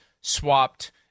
swapped